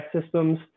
systems